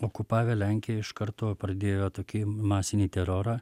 okupavę lenkiją iš karto pradėjo tokį masinį terorą